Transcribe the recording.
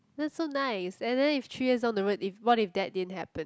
that's so nice and then if three years down the road if what if that didn't happen